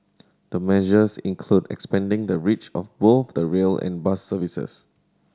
the measures include expanding the reach of both the rail and bus services